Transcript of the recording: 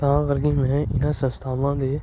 ਤਾਂ ਕਰਕੇ ਮੈਂ ਇਨ੍ਹਾਂ ਸੰਸਥਾਵਾਂ ਦੇ